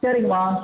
சரிம்மா